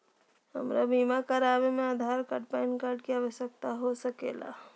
हमरा बीमा कराने में आधार कार्ड पैन कार्ड की आवश्यकता हो सके ला?